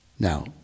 Now